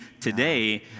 today